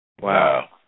Wow